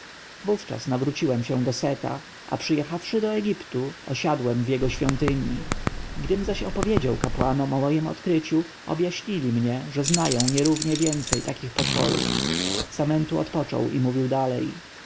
wówczas nawróciłem się do seta a przyjechawszy do egiptu osiadłem w jego świątyni gdym zaś opowiedział kapłanom o mojem odkryciu objaśnili mnie że znają nierównie więcej takich potworów samentu odpoczął i mówił dalej